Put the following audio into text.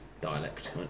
dialect